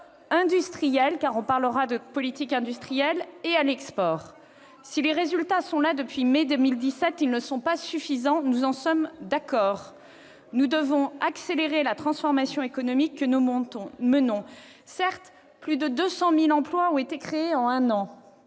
industrielle- on parlera de politique industrielle -et à l'export. Si les résultats sont là depuis mai 2017, ils ne sont pas suffisants, nous en sommes d'accord. Nous devons accélérer la transformation économique que nous menons. Certes, plus de 200 000 emplois ont été créés en un an.